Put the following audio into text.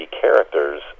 characters